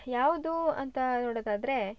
ಯಾವ್ದು ಅಂತ ನೋಡೊದಾದರೆ